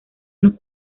unos